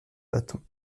bâtons